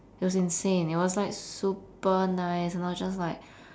it was insane it was like super nice and I was just like